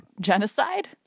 Genocide